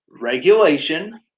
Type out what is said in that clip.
Regulation